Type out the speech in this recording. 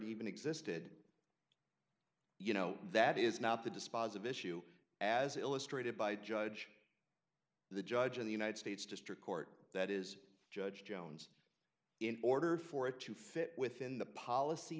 even existed you know that is not the dispositive issue as illustrated by judge the judge in the united states district court that is judge jones in order for it to fit within the policy